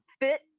Fit